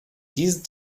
diese